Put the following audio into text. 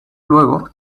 luego